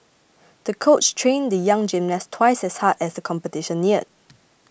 the coach trained the young gymnast twice as hard as the competition neared